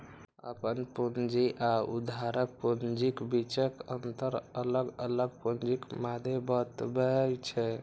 अपन पूंजी आ उधारक पूंजीक बीचक अंतर अलग अलग पूंजीक मादे बतबै छै